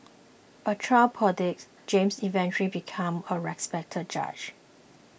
a child prodigy James eventually become a respected judge